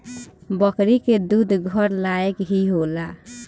बकरी के दूध घर लायक ही होला